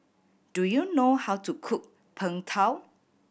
do you know how to cook Png Tao